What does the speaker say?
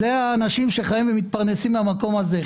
זה האנשים שחיים ומתפרנסים מהמקום הזה.